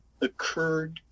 occurred